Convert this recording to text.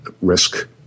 risk